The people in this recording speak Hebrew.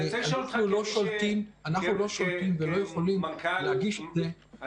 אנחנו לא שולטים ולא יכולים להגיש --- אני